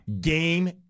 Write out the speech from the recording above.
game